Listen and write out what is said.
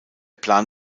plan